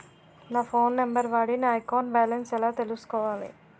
నా phone number వాడి నా అకౌంట్ బాలన్స్ ఎలా తెలుసుకోవాలి?